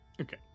okay